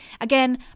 Again